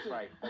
right